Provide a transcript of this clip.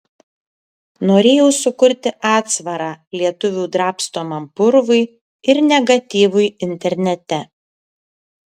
norėjau sukurti atsvarą lietuvių drabstomam purvui ir negatyvui internete